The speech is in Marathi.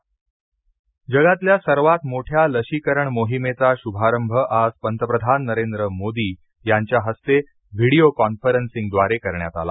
लसीकरण जगातल्या सर्वात मोठ्या लशीकरण मोहिमेचा शूभारंभ आज पंतप्रधान नरेंद्र मोदी यांच्या हस्ते व्हिडिओ कॉन्फरनसिंग द्वारे करण्यात आला